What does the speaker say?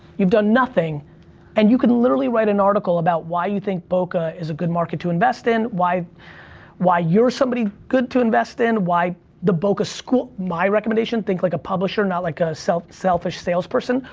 you've done nothing and you could literally write an article about why you think boca is a good market to invest in, why why you're somebody good to invest in, why the boca school, my recommendation, think like a publisher, not like a selfish selfish sales person,